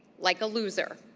like a loser.